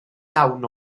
iawn